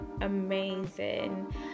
amazing